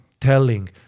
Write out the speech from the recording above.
telling